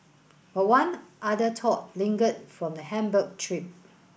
but one other thought lingered from the Hamburg trip